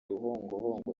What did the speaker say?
uruhongohongo